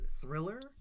thriller